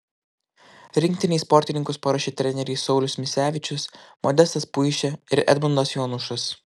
rinktinei sportininkus paruošė treneriai saulius misevičius modestas puišė ir edmundas jonušas